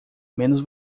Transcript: menos